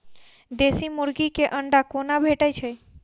देसी मुर्गी केँ अंडा कोना भेटय छै?